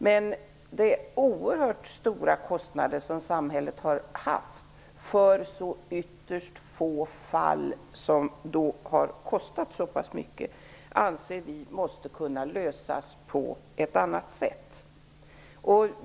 Samhället har dock fått vidkännas oerhört höga kostnader för ett fåtal fall. Vi menar därför att det här måste kunna lösas på ett annat sätt.